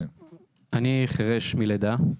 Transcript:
אני חירש מלידה.